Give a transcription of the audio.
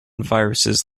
viruses